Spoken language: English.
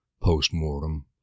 Postmortem